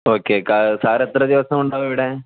okay കാ sir എത്ര ദിവസം ഉണ്ടാകും ഇവിടെ